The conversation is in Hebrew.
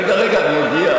רגע, רגע, אני אגיע.